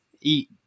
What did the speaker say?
eat